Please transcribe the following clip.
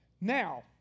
Now